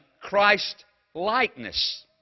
Christ-likeness